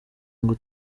ngo